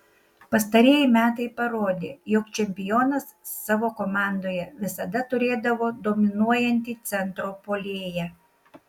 pastarieji metai parodė jog čempionas savo komandoje visada turėdavo dominuojantį centro puolėją